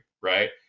right